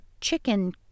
chicken